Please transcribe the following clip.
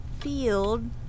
field